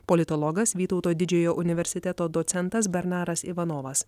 politologas vytauto didžiojo universiteto docentas bernaras ivanovas